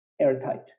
airtight